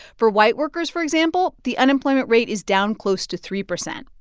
for white workers, for example, the unemployment rate is down close to three percent.